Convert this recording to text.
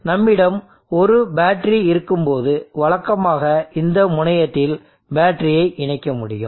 நம்மிடம் ஒரு பேட்டரி இருக்கும்போது வழக்கமாக இந்த முனையத்தில் பேட்டரியை இணைக்க முடியும்